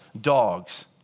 dogs